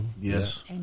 Yes